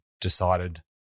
decided